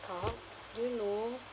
cup you know